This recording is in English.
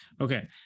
Okay